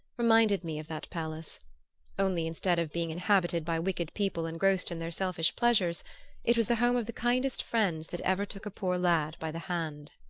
reminded me of that palace only instead of being inhabited by wicked people engrossed in their selfish pleasures it was the home of the kindest friends that ever took a poor lad by the hand.